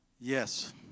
Yes